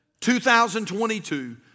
2022